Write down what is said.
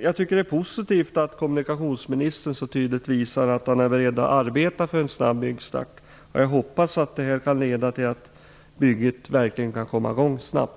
Jag tycker att det är positivt att kommunikationsministern så tydligt visar att han är beredd att arbeta för en snabb byggstart, och jag hoppas att det kan leda till att bygget verkligen kan komma i gång snabbt.